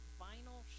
vinyl